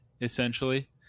essentially